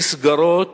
נסגרות